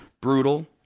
brutal